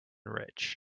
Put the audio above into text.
rich